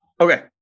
okay